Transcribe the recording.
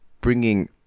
bringing